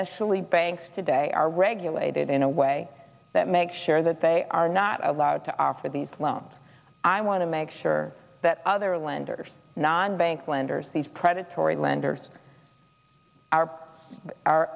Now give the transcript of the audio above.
ashley banks today are regulated in a way that make sure that they are not allowed to offer these loans i want to make sure that other lenders non bank lenders these predatory lenders are